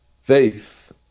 faith